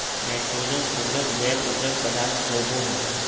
nitrogen उर्वरक जैव उर्वरक पदार्थ होबो हइ